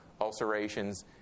ulcerations